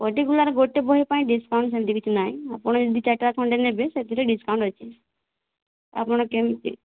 particular ଗୋଟିଏ ବହି ପାଇଁ ଡିସ୍କାଉଣ୍ଟ ସେମିତି କିଛି ନାହିଁ ଆପଣ ଯଦି ଦୁଇ ଚାରିଟା ଖଣ୍ଡେ ନେବେ ସେଥିରେ ଡିସ୍କାଉଣ୍ଟ ଅଛି ଆପଣ କେମିତି